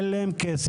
אין להן כסף,